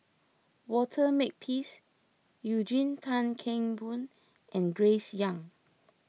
Walter Makepeace Eugene Tan Kheng Boon and Grace Young